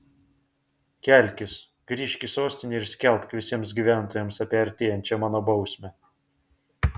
kelkis grįžk į sostinę ir skelbk visiems gyventojams apie artėjančią mano bausmę